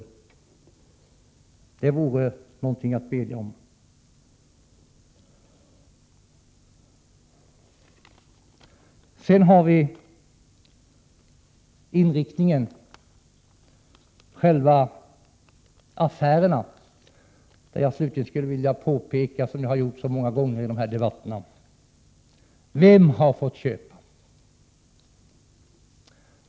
Det vore någonting att bedja om. Sedan har vi inriktningen, själva affärerna. Jag skulle slutligen — som jag har gjort så många gånger i de här debatterna — vilja fråga: Vem har fått köpa?